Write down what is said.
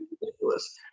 ridiculous